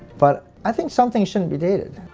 but i think some things shouldn't be dated.